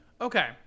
Okay